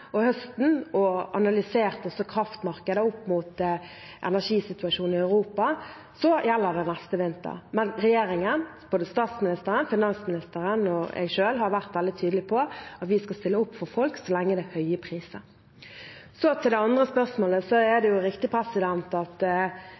og høsten, og også analysere kraftmarkedet opp mot energisituasjonen i Europa, så gjelder det neste vinter. Men regjeringen – både statsministeren, finansministeren og jeg selv – har vært veldig tydelig på at vi skal stille opp for folk så lenge det er høye priser. Til det andre spørsmålet: Det er